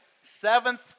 seventh